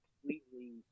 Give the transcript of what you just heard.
completely